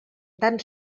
tan